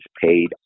paid